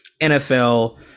NFL